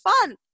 fun